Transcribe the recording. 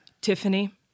Tiffany